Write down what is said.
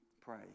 pray